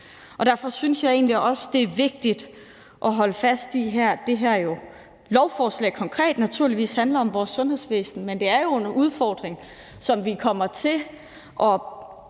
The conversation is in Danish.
derfor synes jeg egentlig også, det er vigtigt at holde fast i, at det her lovforslag naturligvis konkret handler om vores sundhedsvæsen, men at det jo er en udfordring, som vi kommer til at